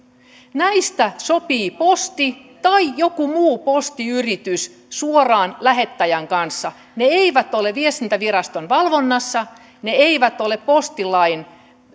näistä sopii posti tai joku muu postiyritys suoraan lähettäjän kanssa ne eivät ole viestintäviraston valvonnassa ne eivät ole postilain